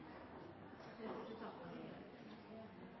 jeg også